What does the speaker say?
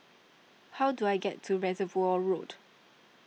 how do I get to Reservoir Road